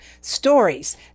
stories